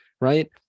right